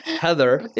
Heather